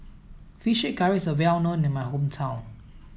Fish Curry is well known in my hometown